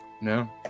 No